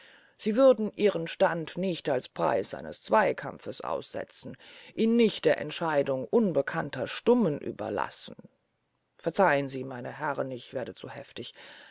sie würden ihren stand nicht als preis eines zweikampfes aussetzen ihn nicht der entscheidung unbekannter stummen überlassen verzeihn sie meine herren ich werde zu heftig